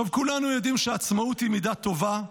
כולנו יודעים שעצמאות היא מידה טובה,